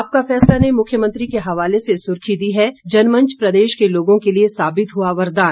आपका फैसला ने मुख्यमंत्री के हवाले से सुर्खी दी है जनमंच प्रदेश के लोगों के लिये साबित हुआ वरदान